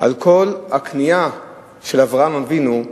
על כל הקנייה של אברהם אבינו,